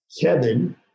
Kevin